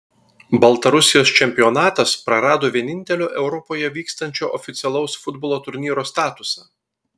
baltarusijos čempionatas prarado vienintelio europoje vykstančio oficialaus futbolo turnyro statusą